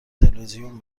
تلویزیون